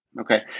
Okay